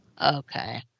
Okay